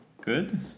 good